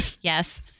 Yes